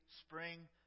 Spring